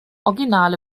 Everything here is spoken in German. originale